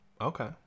okay